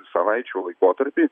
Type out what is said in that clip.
savaičių laikotarpy